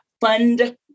fund